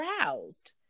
aroused